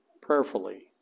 prayerfully